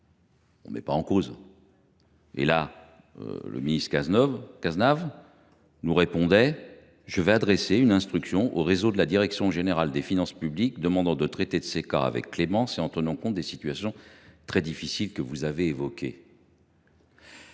dernière discussion budgétaire, M. Cazenave nous déclarait :« Je m’engage à adresser une instruction au réseau de la direction générale des finances publiques demandant de traiter ces cas avec clémence et en tenant compte des situations très difficiles que vous avez évoquées. »